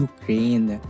Ukraine